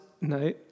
No